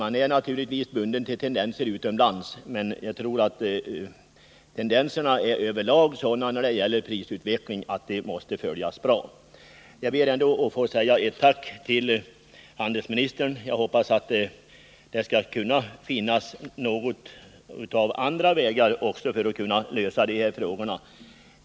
Vi är naturligtvis bundna av tendenser utomlands, men jag tror att tendenserna när det gäller prisutveckling över lag är sådana att de måste följas noggrant. Jag hoppas att det även skall finnas andra vägar för att lösa dessa problem.